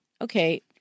okay